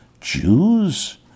Jews